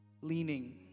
leaning